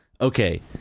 Okay